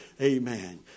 Amen